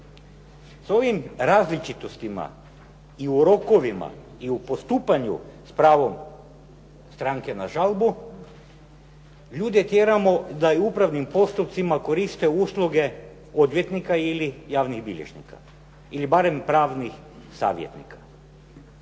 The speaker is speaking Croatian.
S ovim različitostima i u rokovima i u postupanju s pravom stranke na žalbu, ljude tjeramo da u upravnim postupcima koriste usluge odvjetnika ili javnih bilježnika ili barem pravnih savjetnika.